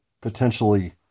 potentially